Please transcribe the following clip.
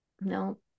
no